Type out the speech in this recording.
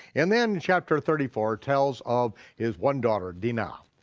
and then chapter thirty four tells of his one daughter, dinah,